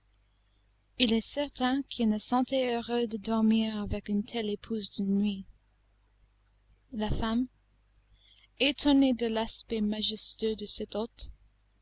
il est certain qu'il se sentait heureux de dormir avec une telle épouse d'une nuit la femme étonnée de l'aspect majestueux de cet hôte